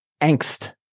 angst